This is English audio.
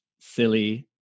silly